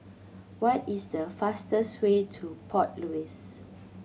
what is the fastest way to Port Louis